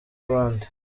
abandi